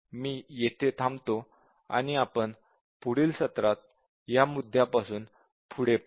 मी येथे थांबतो आणि आपण पुढील सत्रात या मुद्द्यापासून पासून पुढे पाहूया